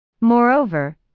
Moreover